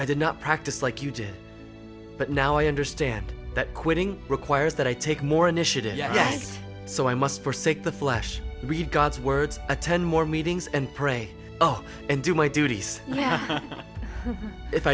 i did not practice like you did but now i understand that quitting requires that i take more initiative yes so i must for sick the flesh read god's words attend more meetings and pray oh and do my duties